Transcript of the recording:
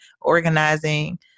organizing